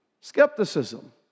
Skepticism